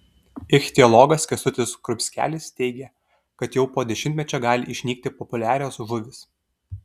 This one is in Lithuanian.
ichtiologas kęstutis skrupskelis teigė kad jau po dešimtmečio gali išnykti populiarios žuvys